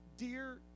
Dear